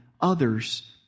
others